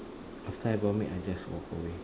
after I vomit I just walk away